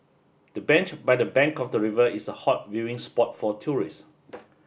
the bench by the bank of the river is a hot viewing spot for tourist